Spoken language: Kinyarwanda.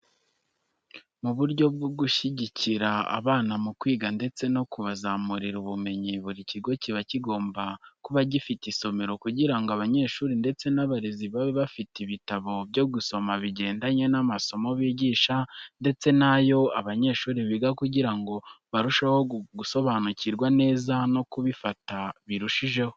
Mu buryo bwo gushyigikira abana mu kwiga ndetse no kubazamurira ubumenyi, buri kigo kiba kigomba kuba gifite isomero kugira ngo abanyeshuri ndetse n'abarezi babe bafite ibitabo byo gusoma bigendanye n'amasomo bigisha ndetse n'ayo abanyeshuri biga kugira ngo barusheho gusobanukirwa neza no kubifata birushijeho.